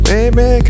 Baby